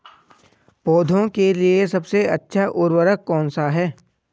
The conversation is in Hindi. पौधों के लिए सबसे अच्छा उर्वरक कौनसा हैं?